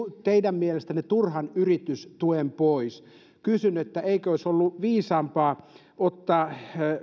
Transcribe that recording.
teidän mielestänne turhan yritystuen pois kysyn eikö olisi ollut viisaampaa ottaa